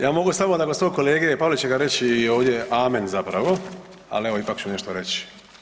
Ja mogu samo nakon svog kolege Pavličeka reći ovdje „Amen“ zapravo, ali evo ipak ću nešto reći.